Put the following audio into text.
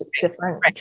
different